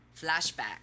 Flashback